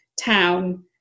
town